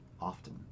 often